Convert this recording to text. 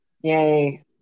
Yay